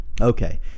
Okay